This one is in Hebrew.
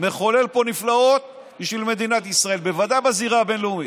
מחולל פה נפלאות בשביל מדינת ישראל בוודאי בזירה הבין-לאומית,